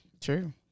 True